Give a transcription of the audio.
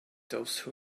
those